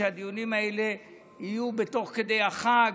שהדיונים האלה לא יהיו תוך כדי החג,